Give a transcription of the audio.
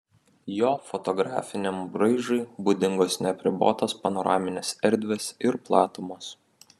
jo fotografiniam braižui būdingos neapribotos panoraminės erdvės ir platumos